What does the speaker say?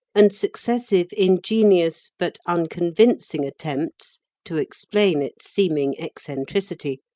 and successive ingenious but unconvincing attempts to explain its seeming eccentricity,